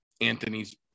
Anthony's